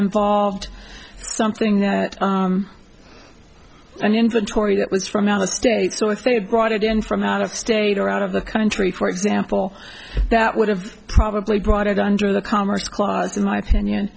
involved something no an inventory that was from out of state so if they brought it in from out of state or out of the country for example that would have probably brought it under the commerce clause in my opinion